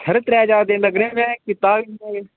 खरे त्रै चार दिन लग्गने में कीता हा फोन